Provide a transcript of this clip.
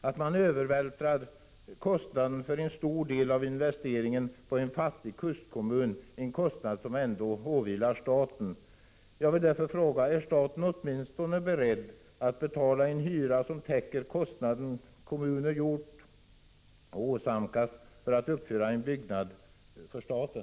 Och varför övervältrar man kostnader för en stor del av investeringen på en fattig kustkommun? Det är en kostnad som ändå åvilar staten. Jag vill därför ställa följande fråga: Är staten åtminstone beredd att betala en hyra som täcker de kostnader kommunen åsamkats för att uppföra en byggnad för staten?